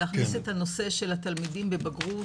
להכניס את הנושא של התלמידים בבגרות,